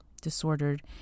disordered